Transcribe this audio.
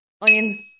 Onions